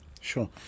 Sure